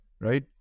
Right